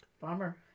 Bummer